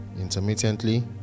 intermittently